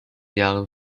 jahren